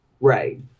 Right